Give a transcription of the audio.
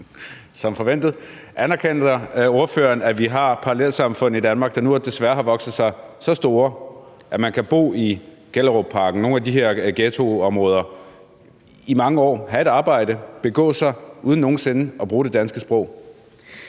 Som forventet. Anerkender ordføreren, at vi har parallelsamfund i Danmark, som nu desværre har vokset sig så store, at man kan bo i Gellerupparken eller i nogle af de andre ghettoområder i mange år og have et arbejde og begå sig uden nogen sinde at bruge det danske sprog?